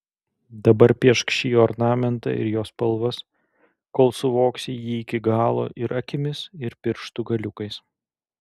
dabar piešk šį ornamentą ir jo spalvas kol suvoksi jį iki galo ir akimis ir pirštų galiukais